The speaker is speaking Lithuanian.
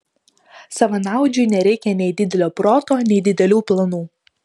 savanaudžiui nereikia nei didelio proto nei didelių planų